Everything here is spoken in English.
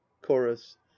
Chorus